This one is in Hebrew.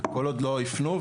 וכל עוד לא ייפנו,